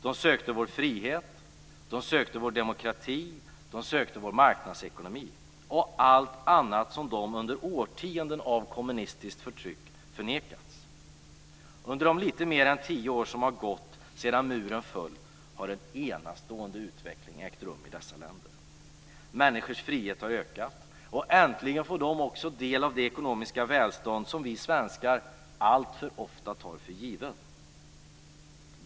De sökte vår frihet, de sökte vår demokrati, de sökte vår marknadsekonomi och allt annat som de under årtionden av kommunistiskt förtryck förnekats. Under de lite mer än tio år som har gått sedan muren föll har en enastående utveckling ägt rum i dessa länder. Människors frihet har ökat och äntligen får de också del av det ekonomiska välstånd som vi svenskar alltför ofta tar för givet.